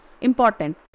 important